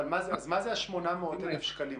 אז מה זה ה-800,000 שקלים?